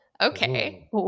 okay